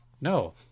No